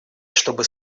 чтобы